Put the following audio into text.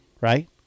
Right